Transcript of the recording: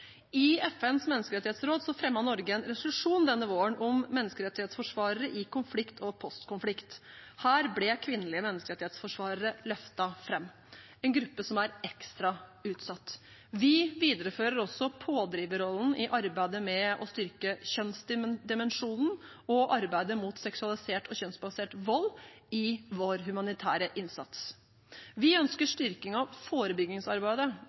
I FNs menneskerettighetsråd fremmet Norge er en resolusjon denne våren om menneskerettighetsforsvarere i konflikt og postkonflikt. Her ble kvinnelige menneskerettighetsforsvarere løftet fram, en gruppe som er ekstra utsatt. Vi viderefører også pådriverrollen i arbeidet med å styrke kjønnsdimensjonen og arbeidet mot seksualisert og kjønnsbasert vold i vår humanitære innsats. Vi ønsker en styrking av forebyggingsarbeidet,